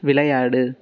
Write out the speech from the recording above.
விளையாடு